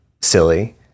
silly